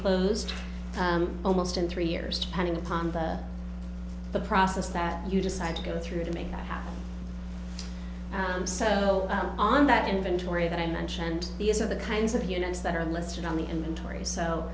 closed almost in three years depending upon the process that you decide to go through to make that happen and so on that inventory that i mentioned these are the kinds of units that are listed on the